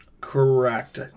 Correct